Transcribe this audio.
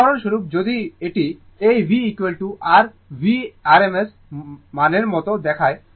উদাহরণস্বরূপ যদি এটি এই v r V rms মানের মতো দেখায়